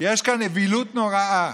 יש כאן אווילות נוראה.